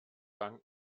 danken